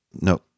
No